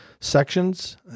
sections